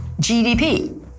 GDP